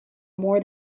more